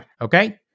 Okay